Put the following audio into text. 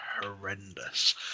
horrendous